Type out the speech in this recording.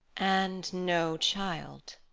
and no child.